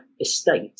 estate